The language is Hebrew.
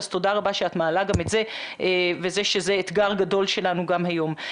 אז תודה רבה שאת מעלה גם את זה וזה שזה אתגר גדול שלנו גם היום.